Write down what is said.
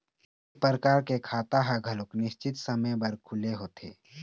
ए परकार के खाता ह घलोक निस्चित समे बर खुले होथे